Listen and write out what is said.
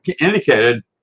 indicated